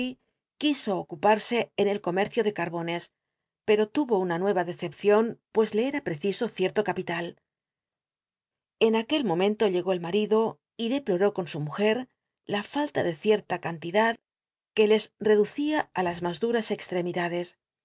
quiso ocupnrse en el comercio de c wbones pero luyo una nueva derepcion pues le era preciso cierto capital en aquel momento llc ó e marido y deploró con su muj er la falta de cierta cd ucia á las mas duras extremicantidad